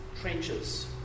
trenches